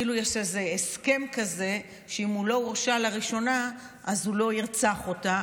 כאילו יש איזה הסכם כזה שאם הוא לא הורשע לראשונה אז הוא לא ירצח אותה.